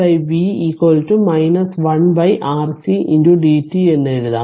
dv v 1 RC dt എന്ന് എഴുതാം